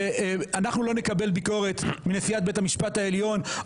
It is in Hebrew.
ואנחנו לא נקבל ביקורת מנשיאת בית המשפט העליון,